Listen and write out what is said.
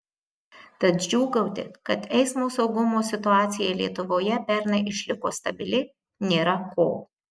tad džiūgauti kad eismo saugumo situacija lietuvoje pernai išliko stabili nėra ko